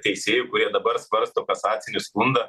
teisėjų kurie dabar svarsto kasacinį skundą